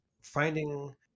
finding